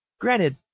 granted